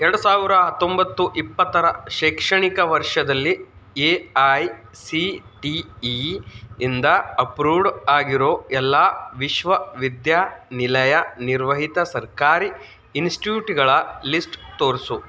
ಎರಡು ಸಾವಿರ ಹತ್ತೊಂಬತ್ತು ಇಪ್ಪತ್ತರ ಶೈಕ್ಷಣಿಕ ವರ್ಷದಲ್ಲಿ A I C T E ಇಂದ ಅಪ್ರೂವ್ಡ್ ಆಗಿರೋ ಎಲ್ಲ ವಿಶ್ವವಿದ್ಯಾನಿಲಯ ನಿರ್ವಹಿತ ಸರ್ಕಾರಿ ಇನ್ಸ್ಟ್ಯೂಟ್ಗಳ ಲಿಸ್ಟ್ ತೋರಿಸು